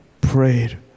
prayed